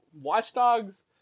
watchdogs